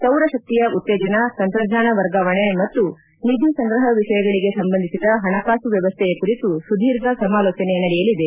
ಸೌರಶಕ್ತಿಯ ಉತ್ತೇಜನ ತಂತ್ರಜ್ಞಾನ ವರ್ಗಾವಣೆ ಮತ್ತು ನಿಧಿ ಸಂಗ್ರಹ ವಿಷಯಗಳಿಗೆ ಸಂಬಂಧಿಸಿದ ಹಣಕಾಸು ವ್ಯವಸ್ಥೆಯ ಕುರಿತು ಸುದೀರ್ಘ ಸಮಾಲೋಚನೆ ನಡೆಯಲಿದೆ